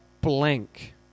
blank